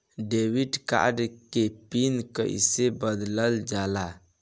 Debit card के PIN कईसे बदलल जाला?